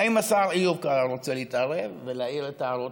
האם השר איוב קרא רוצה להתערב ולהעיר את הערותיו?